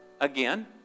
Again